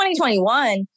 2021